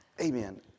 Amen